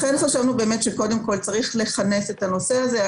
לכן חשבנו קודם כל צריך לכנס את הנושא הזה.